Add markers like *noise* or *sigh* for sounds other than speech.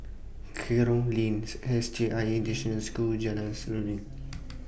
Kerong Lanes S J I International School Jalan Seruling *noise* *noise*